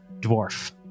dwarf